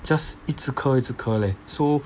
just 一直咳一直咳 leh so